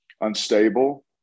unstable